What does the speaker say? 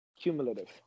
Cumulative